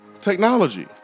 technology